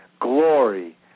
glory